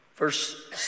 Verse